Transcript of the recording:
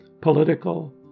political